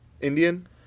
Indian